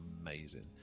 amazing